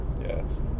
Yes